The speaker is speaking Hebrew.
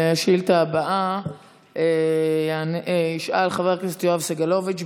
את השאילתה הבאה ישאל חבר הכנסת יואב סגלוביץ'.